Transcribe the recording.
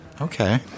Okay